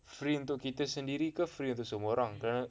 free untuk kita sendiri ke free untuk semua orang